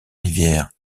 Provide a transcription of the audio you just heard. rivières